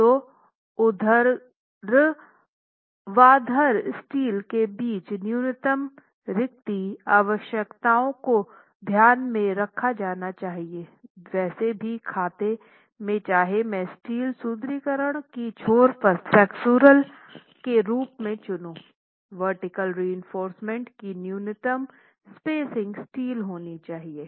तो ऊर्ध्वाधर स्टील के बीच न्यूनतम रिक्ति आवश्यकताओं को ध्यान में रखा जाना चाहिए वैसे भी खाते में चाहे मैं स्टील सुदृढीकरण को छोर पर फ्लेक्सुरल के रूप में चुनें वर्टिकल रीइन्फोर्समेंट की न्यूनतम स्पेसिंग स्टील होनी चाहिए